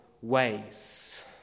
ways